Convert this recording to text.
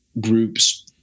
groups